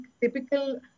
typical